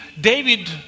David